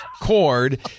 cord